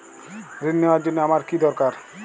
ঋণ নেওয়ার জন্য আমার কী দরকার?